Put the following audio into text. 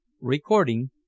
Recording